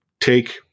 take